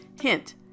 Hint